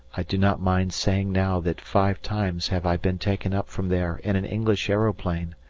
i do not mind saying now that five times have i been taken up from there in an english aeroplane,